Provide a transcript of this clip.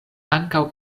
ankaŭ